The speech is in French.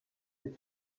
des